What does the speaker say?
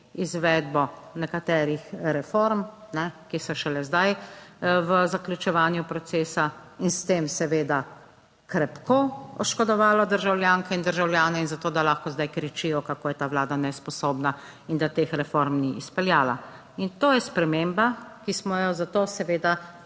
izvedbo nekaterih reform, ki so šele zdaj v zaključevanju procesa in s tem seveda krepko oškodovalo državljanke in državljane, in zato, da lahko zdaj kričijo kako je ta Vlada nesposobna in da teh reform ni izpeljala, in to je sprememba, ki smo jo za to seveda